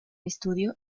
estudio